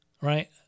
Right